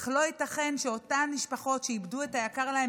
אך לא ייתכן שאותן משפחות שאיבדו את היקר להן